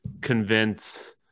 convince